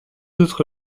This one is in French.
autres